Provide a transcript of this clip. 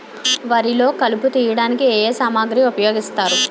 వరిలో కలుపు తియ్యడానికి ఏ ఏ సామాగ్రి ఉపయోగిస్తారు?